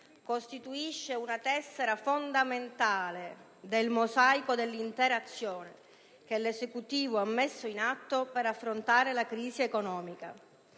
costituisce una tessera fondamentale del mosaico dell'intera azione che l'Esecutivo ha messo in atto per affrontare la crisi economica.